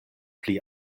pli